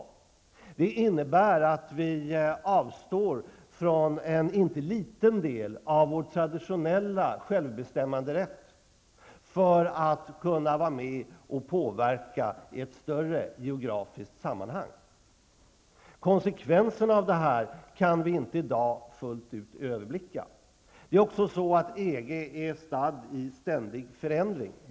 Det innebär att vi avstår från en inte liten del av vår traditionella självbestämmanderätt för att kunna vara med och påverka i ett större geografiskt sammanhang. Konsekvenserna av detta kan vi inte i dag fullt ut överblicka. Det är också så att EG är statt i ständig förändring.